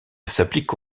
s’applique